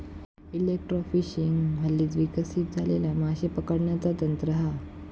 electrofishing हल्लीच विकसित झालेला माशे पकडण्याचा तंत्र हा